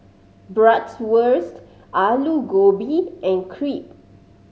Bratwurst Alu Gobi and Crepe